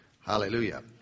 Hallelujah